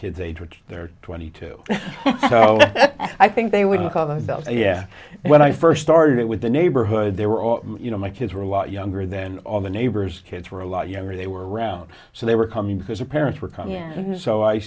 kids age which they're twenty two i think they would call themselves yeah when i first started with the neighborhood they were all you know my kids were a lot younger than all the neighbors kids were a lot younger they were around so they were coming because your parents were coming